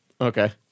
Okay